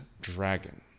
dragon